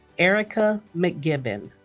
erika mckibben